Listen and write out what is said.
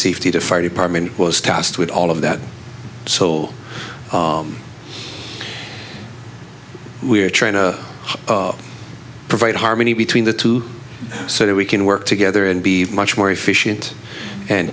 safety the fire department was tasked with all of that so we're trying to provide harmony between the two so that we can work together and be much more efficient and